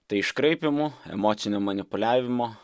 tai iškraipymų emocinio manipuliavimo